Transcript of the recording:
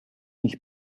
nicht